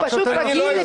עכשיו אל תפריע לו.